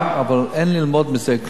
אבל אין ללמוד מזה כלום,